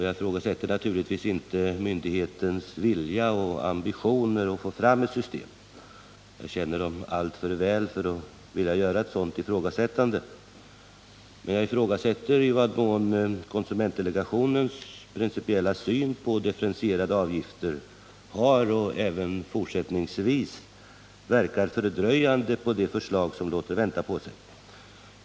Jag ifrågasätter naturligtvis inte myndighetens vilja och ambition att få fram ett system —jag känner den alltför väl för att göra ett sådant ifrågasättande. Men jag ifrågasätter i vad mån konsumentdelegationens principiella syn på differentierade avgifter har verkat, och även fortsättningsvis verkar, fördröjande på det förslag som låter vänta på sig.